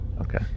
Okay